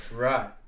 Right